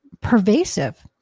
pervasive